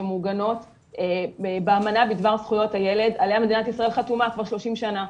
שמעוגנות באמנה בדבר זכויות הילד עליה מדינת ישראל חתומה כבר 30 שנה.